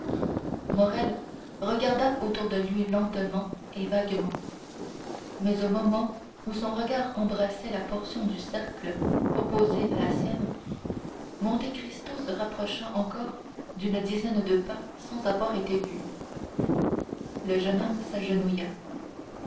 morrel regarda autour de lui lentement et vaguement mais au moment où son regard embrassait la portion du cercle opposée à la sienne monte cristo se rapprocha encore d'une dizaine de pas sans avoir été vu le jeune homme s'agenouilla